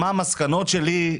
מה המסקנות שלי?